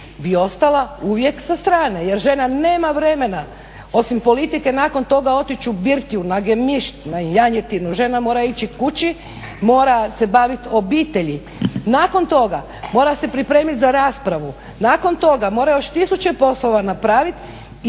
bi ostala uvijek sa strane, jer žena nema vremena osim politike nakon toga otići u birtiju na gemišt, na janjetinu, žena mora ići kući, mora se baviti obitelji. Nakon toga mora se pripremiti za raspravu, nakon toga mora još tisuće poslova napraviti,